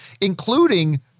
including